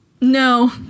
No